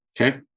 okay